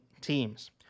teams